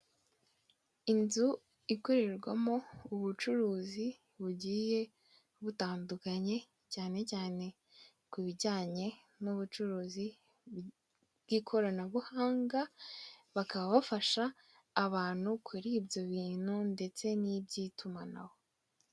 Inzu ikorerwamo ubucuruzi bugiye butandukanye, cyane cyane ku bijyanye n'ubucuruzi bw'ikoranabuhanga, bakaba bafasha abantu kuri ibyo bintu, ndetse n'iby'itumanaho.